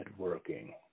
networking